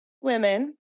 women